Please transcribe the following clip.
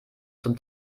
zum